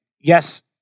yes